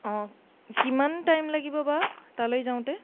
অঁ কিমান টাইম লাগিব বা তালৈ যাওঁতে